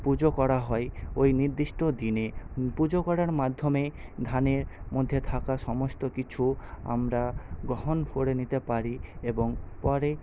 পুজো করা হয় ওই নির্দিষ্ট দিনে পুজো করার মাধ্যমে ধানের মধ্যে থাকা সমস্ত কিছু আমরা গ্রহণ করে নিতে পারি এবং পরে